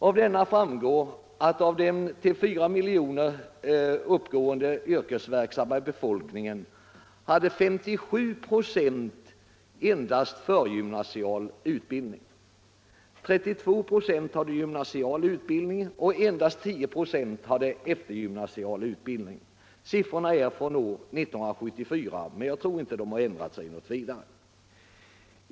Av denna framgår att av den till 4 miljoner uppgående yrkesverksamma befolkningen hade 57 26 endast förgymnasial utbildning. 32 96 hade gymnasial utbildning och endast 10 96 eftergymnasial utbildning. Siffrorna är från 1974, men jag tror inte att de har ändrat sig särskilt mycket.